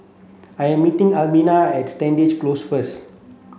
I am meeting Almina at Stangee Close first